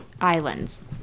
islands